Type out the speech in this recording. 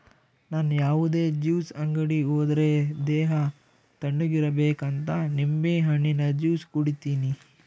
ನನ್ ಯಾವುದೇ ಜ್ಯೂಸ್ ಅಂಗಡಿ ಹೋದ್ರೆ ದೇಹ ತಣ್ಣುಗಿರಬೇಕಂತ ನಿಂಬೆಹಣ್ಣಿನ ಜ್ಯೂಸೆ ಕುಡೀತೀನಿ